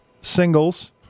singles